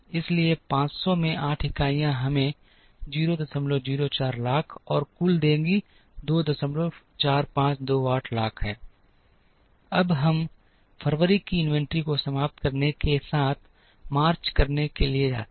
इसलिए 500 में 8 इकाइयाँ हमें 004 लाख और कुल देगी 24528 लाख है अब हम फरवरी की इन्वेंट्री को समाप्त करने के साथ मार्च करने के लिए आते हैं